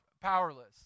powerless